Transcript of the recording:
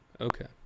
okay